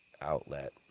outlet